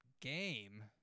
game